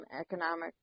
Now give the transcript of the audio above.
economic